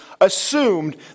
assumed